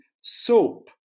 soap